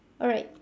alright